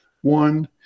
one